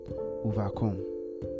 overcome